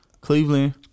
Cleveland